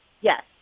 yes